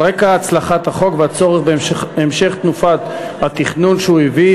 על רקע הצלחת החוק והצורך בהמשך תנופת התכנון שהוא הביא,